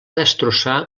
destrossar